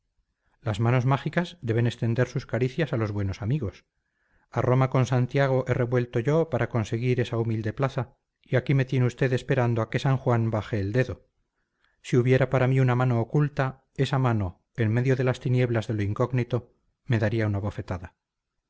las manos mágicas deben extender sus caricias a los buenos amigos a roma con santiago he revuelto yo para conseguir esa humilde plaza y aquí me tiene usted esperando a que san juan baje el dedo si hubiera para mí una mano oculta esa mano en medio de las tinieblas de lo incógnito me daría una bofetada